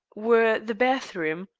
were the bathroom,